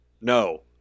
No